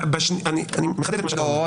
אני מחדד את מה שאמרת --- לא,